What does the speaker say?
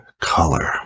color